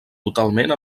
totalment